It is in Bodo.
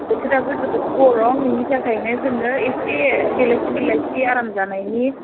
बोथोराबो जोबोद गरम बेनि थाखायनो जोङो इसे बेलासि बेलासि आराम जानायनि